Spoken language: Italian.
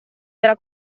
della